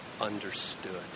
understood